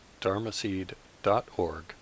dharmaseed.org